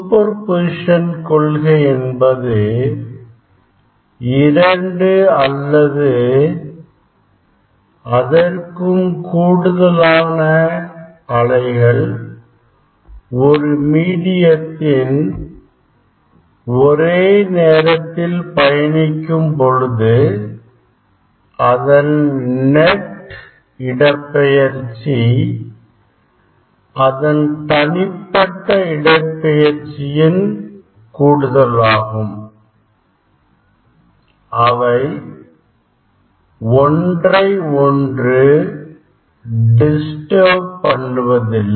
super position கொள்கை என்பது இரண்டு அல்லது அதற்கும் கூடுதலான அலைகள் ஒரு மீடியத்தில் ஒரே நேரத்தில் பயணிக்கும் பொழுது அதன் நெட் இடப்பெயர்ச்சி அதன் தனிப்பட்ட இடப்பெயர்ச்சி யின் கூடுதலாகும் அவை ஒன்றை ஒன்று டிஸ்டர்ப் பண்ணுவதில்லை